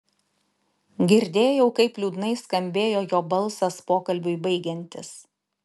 girdėjau kaip liūdnai skambėjo jo balsas pokalbiui baigiantis